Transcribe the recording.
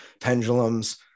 pendulums